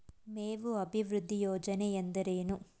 ಮೇವು ಅಭಿವೃದ್ಧಿ ಯೋಜನೆ ಎಂದರೇನು?